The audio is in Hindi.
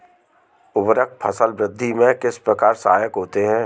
उर्वरक फसल वृद्धि में किस प्रकार सहायक होते हैं?